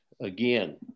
again